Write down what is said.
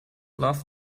loves